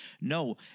no